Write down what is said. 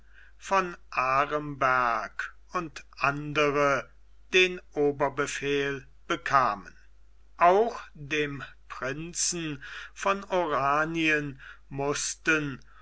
von aremberg und andere den oberbefehl bekamen auch dem prinzen von oranien mußten